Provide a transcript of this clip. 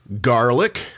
garlic